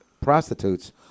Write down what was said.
prostitutes